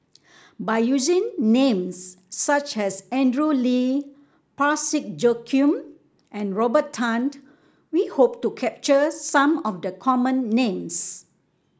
by using names such as Andrew Lee Parsick Joaquim and Robert Tan we hope to capture some of the common names